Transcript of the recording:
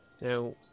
Now